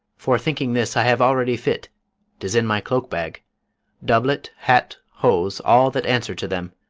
fore-thinking this, i have already fit tis in my cloak-bag doublet, hat, hose, all that answer to them.